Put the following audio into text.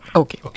okay